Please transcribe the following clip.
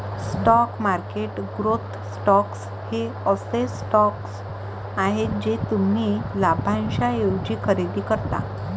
stock market growth stocks हे असे stocks आहेत जे तुम्ही लाभांशाऐवजी खरेदी करता